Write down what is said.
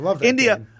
india